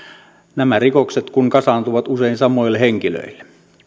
nämä rikokset kun kasaantuvat usein samoille henkilöille